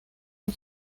por